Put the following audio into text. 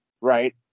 Right